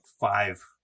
five